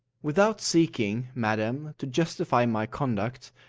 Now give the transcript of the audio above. without seeking, madam, to justify my conduct,